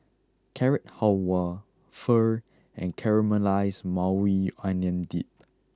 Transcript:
Carrot Halwa Pho and Caramelized Maui Onion Dip